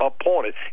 appointed